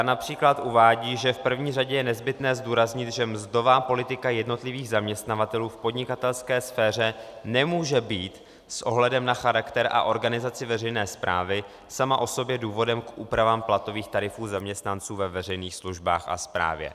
Například uvádí, že v první řadě je nezbytné zdůraznit, že mzdová politika jednotlivých zaměstnavatelů v podnikatelské sféře nemůže být s ohledem na charakter a organizaci veřejné správy sama o sobě důvodem k úpravám platových tarifů zaměstnanců ve veřejných službách a správě.